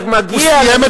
הוא סיים.